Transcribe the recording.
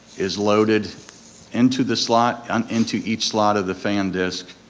is loaded into the slot, um into each slot of the fan disc,